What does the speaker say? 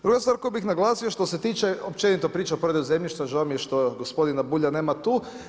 Druga stvar koju bi naglasio, što se tiče općenito priča o povredi zemljišta, žao mi je što gospodina Bulja nema tu.